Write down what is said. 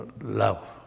love